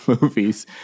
movies